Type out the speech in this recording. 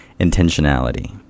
intentionality